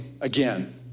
again